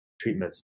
treatments